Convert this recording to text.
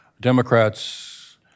Democrats